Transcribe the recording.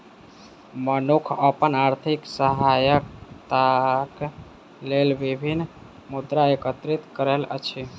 मनुख अपन आर्थिक सहायताक लेल विभिन्न मुद्रा एकत्रित करैत अछि